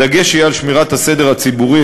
הדגש יהיה על שמירת הסדר הציבורי,